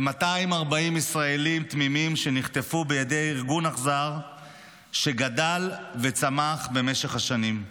ועל 240 ישראלים תמימים שנחטפו בידי ארגון אכזר שגדל וצמח במשך השנים,